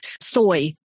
soy